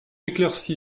éclaircie